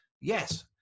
yes